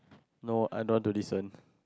no I don't want to listen